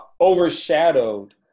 overshadowed